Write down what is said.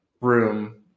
room